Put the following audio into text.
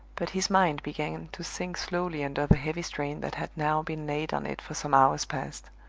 but his mind began to sink slowly under the heavy strain that had now been laid on it for some hours past.